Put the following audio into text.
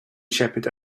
shepherd